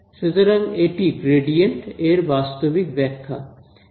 সুতরাং এটি গ্রেডিয়েন্ট এর বাস্তবিক ব্যাখ্যা